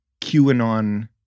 QAnon